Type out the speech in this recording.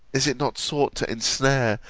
is it not sought to ensnare,